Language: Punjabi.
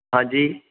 ਹਾਂਜੀ